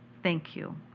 thank you.